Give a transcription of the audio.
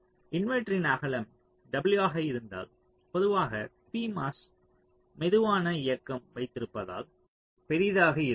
இன்வெர்ட்டரின் அகலம் W ஆக இருந்தால் பொதுவாக pMOS மெதுவான இயக்கம் வைத்திருப்பதால் பரிதாக இருக்கும்